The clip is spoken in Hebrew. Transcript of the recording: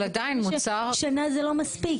שנה זה לא מספיק.